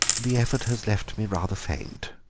the effort has left me rather faint.